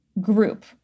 group